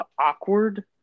awkward